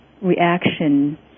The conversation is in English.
reaction